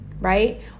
right